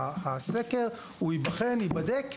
הוא ייבחן, ייבדק,